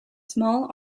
small